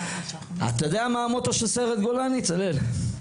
אתה יודע מה המוטו של סיירת גולני, צלאל?